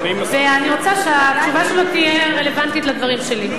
ואני רוצה שהתשובה שלו תהיה רלוונטית לדברים שלי,